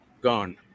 gone